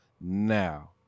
now